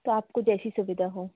तो आपको जैसी सुविधा हो